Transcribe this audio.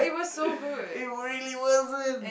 it really wasn't